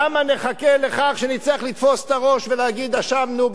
למה נחכה לכך שנצטרך לתפוס את הראש ולהגיד: אשמנו,